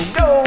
go